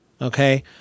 Okay